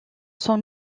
son